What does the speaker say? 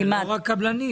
זה לא רק קבלנים.